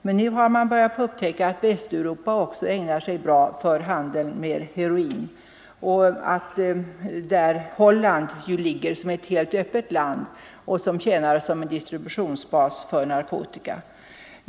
Men nu har man upptäckt att Västeuropa också ägnar sig bra för handeln med heroin. Holland ligger därvidlag som ett helt öppet land och tjänar som distributionsbas för narkotika.